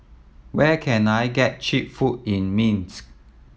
where can I get cheap food in Minsk